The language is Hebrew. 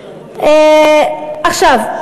עכשיו,